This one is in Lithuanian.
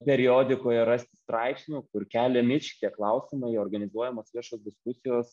periodikoje rasti straipsnių kur keliami šitie klausimai organizuojamos viešos diskusijos